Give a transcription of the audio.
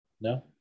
No